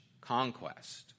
conquest